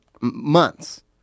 months